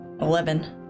Eleven